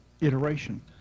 iteration